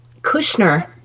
Kushner